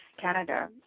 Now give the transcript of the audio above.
Canada